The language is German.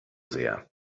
sehr